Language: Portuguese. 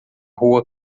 rua